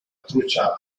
trucha